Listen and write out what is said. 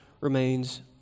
remains